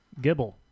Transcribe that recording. Gibble